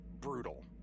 brutal